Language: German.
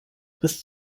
bis